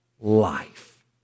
life